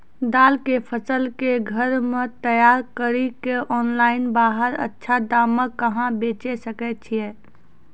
दाल के फसल के घर मे तैयार कड़ी के ऑनलाइन बाहर अच्छा दाम मे कहाँ बेचे सकय छियै?